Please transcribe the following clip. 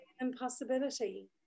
impossibility